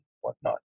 whatnot